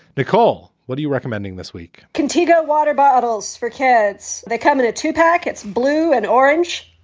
nicole, what are you recommending this week? contigo water bottles for kids. they come into two packets, blue and orange.